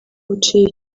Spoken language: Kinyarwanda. buciye